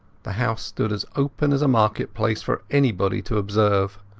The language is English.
the house stood as open as a market-place for anybody to observe.